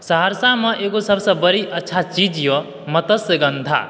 सहरसामे एगो सबसे बड़ी अच्छा चीज़ यऽ मत्स्यगंधा